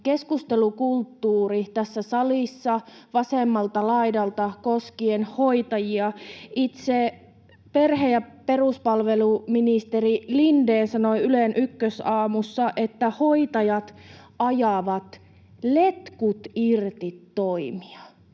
keskustelukulttuuri tämän salin vasemmalta laidalta koskien hoitajia. Itse perhe- ja peruspalveluministeri Lindén sanoi Ylen Ykkösaamussa, että hoitajat ajavat letkut irti ‑toimia.